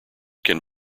can